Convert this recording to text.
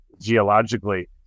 geologically